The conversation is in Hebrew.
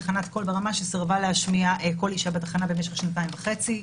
תחנת "קול ברמה" שסירבה להשמיע קול אישה בתחנה במשך שנתיים וחצי.